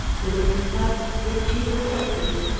it is inscribed with hebrew characters,